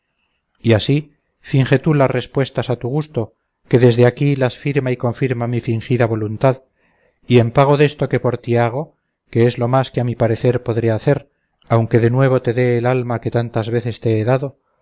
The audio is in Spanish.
y así finge tú las respuestas a tu gusto que desde aquí las firma y confirma mi fingida voluntad y en pago desto que por ti hago que es lo más que a mi parecer podré hacer aunque de nuevo te dé el alma que tantas veces te he dado